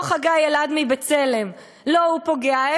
לא חגי אלעד מ"בצלם", לא הוא פוגע.